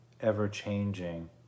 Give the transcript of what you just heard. ever-changing